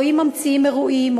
או אם ממציאים אירועים,